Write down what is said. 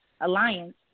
alliance